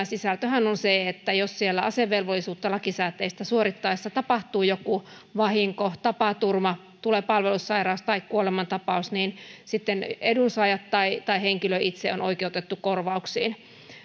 sisältöhän on se että jos siellä lakisääteistä asevelvollisuutta suorittaessa tapahtuu joku vahinko tapaturma tulee palvelussairaus tai kuolemantapaus niin sitten edunsaajat tai tai henkilö itse ovat oikeutettuja korvauksiin